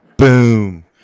Boom